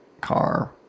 car